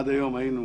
עד היום היינו